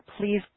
please